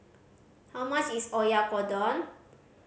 how much is Oyakodon